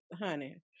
honey